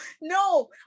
no